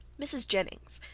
mrs. jennings,